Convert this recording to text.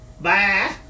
Bye